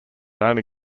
only